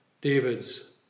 David's